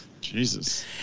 Jesus